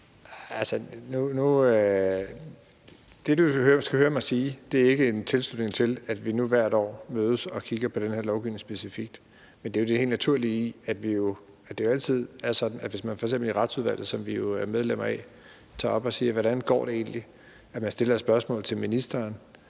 Det, du skal høre mig sige, er ikke en tilslutning til, at vi nu hvert år mødes og kigger på den her lovgivning specifikt, men det er det helt naturlige i, at det jo altid er sådan, at hvis man f.eks. i Retsudvalget, som vi jo er medlemmer af, tager noget op og ser på, hvordan det egentlig går, stiller spørgsmål til ministeren